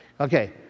okay